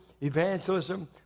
evangelism